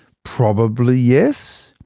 probably yes.